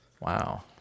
Wow